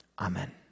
Amen